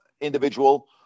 individual